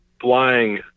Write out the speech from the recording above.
flying